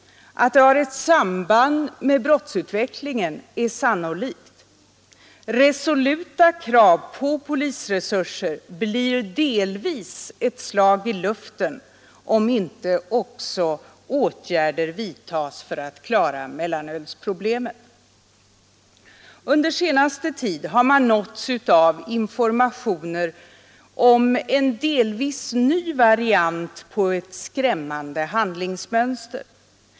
Att det har ett samband med brottsutvecklingen är sannolikt. Resoluta krav på polisresurser blir delvis ett slag i luften om inte också åtgärder vidtas för att klara mellanölsproblemen. Under den senaste tiden har man nåtts av informationer om en delvis ny variant av ett skrämmande handlingsmönster.